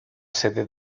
sede